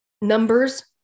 numbers